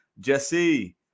Jesse